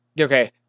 Okay